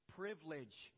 privilege